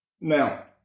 Now